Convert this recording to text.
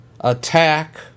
attack